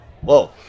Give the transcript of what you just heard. Whoa